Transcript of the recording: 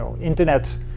internet